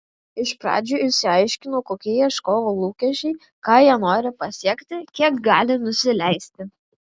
iš pradžių išsiaiškinau kokie ieškovų lūkesčiai ką jie nori pasiekti kiek gali nusileisti